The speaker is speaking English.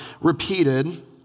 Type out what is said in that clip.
repeated